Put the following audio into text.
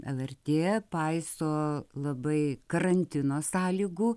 lrt paiso labai karantino sąlygų